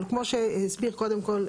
אבל כמו שהסביר קודם כל,